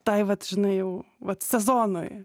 tai vat žinai jau vat sezonui